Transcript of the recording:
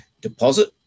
deposit